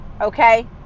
okay